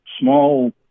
small